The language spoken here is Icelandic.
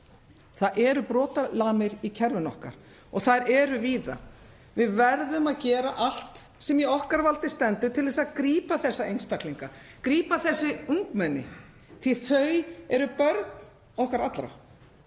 Það eru brotalamir í kerfinu okkar og þær eru víða. Við verðum að gera allt sem í okkar valdi stendur til þess að grípa þessa einstaklinga, grípa þessi ungmenni, því að þau eru börn okkar allra.